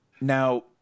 Now